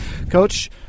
Coach